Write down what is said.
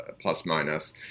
plus-minus